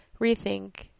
rethink